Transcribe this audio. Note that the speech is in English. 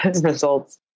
results